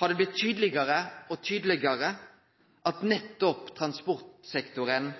har det blitt tydelegare og tydelegare at nettopp transportsektoren